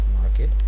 market